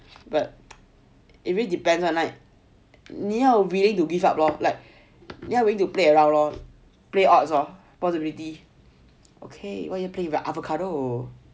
but it really depends lah like 你要 willing to give up lor like 你要 willing to play around lor play arts lor possibility okay why you play with avocado